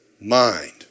Mind